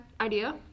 idea